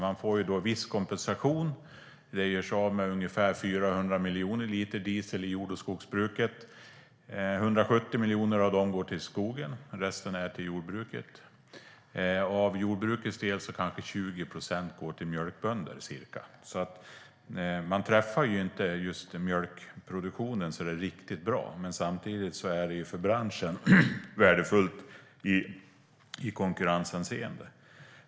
Man får viss kompensation. Det görs av med ungefär 400 miljoner liter diesel i jord och skogsbruket. Av dem går 170 miljoner till skogen och resten till jordbruket. Av jordbrukets del går kanske ca 20 procent till mjölkbönder. Man träffar alltså inte mjölkproduktionen särskilt bra, men samtidigt är det för branschen värdefullt i konkurrenshänseende.